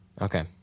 Okay